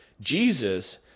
Jesus